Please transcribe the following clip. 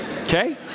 Okay